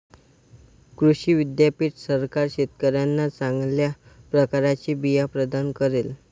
कृषी विद्यापीठ सरकार शेतकऱ्यांना चांगल्या प्रकारचे बिया प्रदान करेल